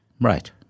Right